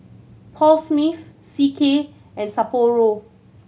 Paul Smith C K and Sapporo